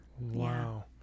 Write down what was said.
Wow